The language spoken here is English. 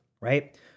right